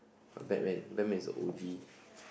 Batman Batman is the O G